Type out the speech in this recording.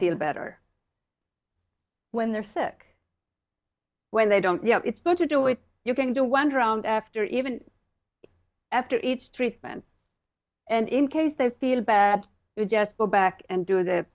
feel better when they're sick when they don't you know it's better to do it you can do wander around after even after each treatment and in case they feel bad you just go back and doing the